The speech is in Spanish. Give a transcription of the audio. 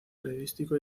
periodístico